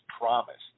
promised